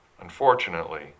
Unfortunately